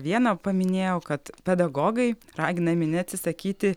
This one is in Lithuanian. vieną paminėjau kad pedagogai raginami neatsisakyti